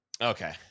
Okay